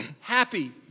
happy